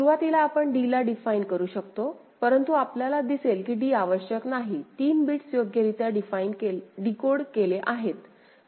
सुरुवातीला आपण d ला डिफाइन करू शकतोपरंतु आपल्याला दिसेल की d आवश्यक नाही 3 बिट्स योग्यरित्या डिकोड केले आहेत